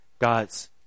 God's